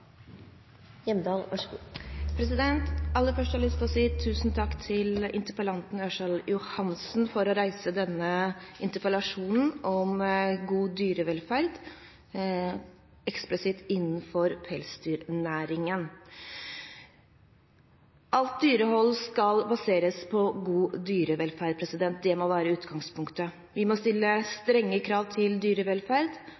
Aller først har jeg lyst til å si tusen takk til interpellanten Ørsal Johansen for å reise denne interpellasjonen om god dyrevelferd, eksplisitt innenfor pelsdyrnæringen. Alt dyrehold skal baseres på god dyrevelferd. Det må være utgangspunktet. Vi må stille strenge krav til dyrevelferd,